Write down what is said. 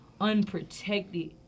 unprotected